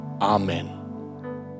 Amen